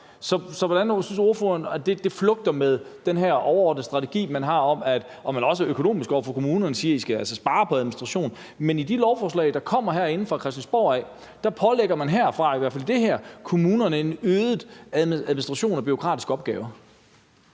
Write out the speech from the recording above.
Så hvordan synes ordføreren det flugter med den her overordnede strategi, man har, hvor man også om det økonomiske siger til kommunerne, at de skal spare på administration, at man i de lovforslag, der kommer herinde fra Christiansborg, i hvert fald i det her, pålægger kommunerne en øget administration og bureaukratisk opgave?